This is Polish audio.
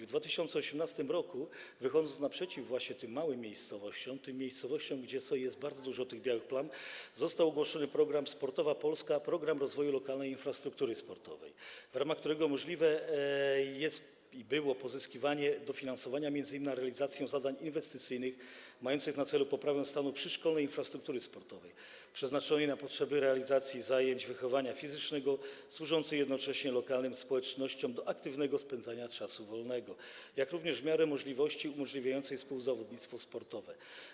W 2018 r., wychodząc naprzeciw właśnie małym miejscowościom, tym miejscowościom, gdzie jest bardzo dużo tych białych plam, ogłoszono program „Sportowa Polska - Program rozwoju lokalnej infrastruktury sportowej”, w ramach którego możliwe było i jest pozyskiwanie dofinansowania m.in. na realizację zadań inwestycyjnych mających na celu poprawę stanu przyszkolnej infrastruktury sportowej, przeznaczonej na potrzeby realizacji zajęć wychowania fizycznego, służącej jednocześnie lokalnym społecznościom do aktywnego spędzania czasu wolnego, jak również w miarę możliwości umożliwiającej współzawodnictwo sportowe.